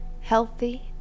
healthy